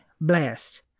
bless